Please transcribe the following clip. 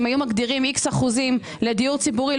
אם היו מגדירים איקס אחוזים לדיור ציבורי,